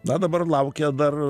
na dabar laukia dar